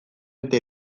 eta